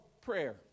prayer